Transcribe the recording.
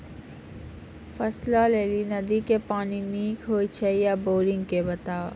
फसलक लेल नदी के पानि नीक हे छै या बोरिंग के बताऊ?